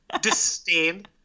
disdain